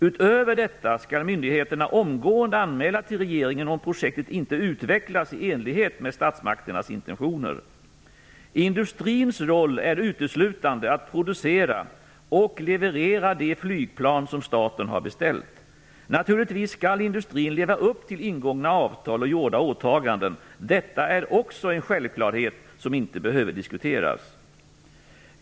Utöver detta skall myndigheterna omgående anmäla till regeringen om projektet inte utvecklas i enlighet med statsmakternas intentioner. Industrins roll är uteslutande att producera och leverera de flygplan som staten har beställt. Naturligtvis skall industrin leva upp till ingångna avtal och gjorda åtaganden. Detta är också en självklarhet som inte behöver diskuteras.